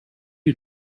you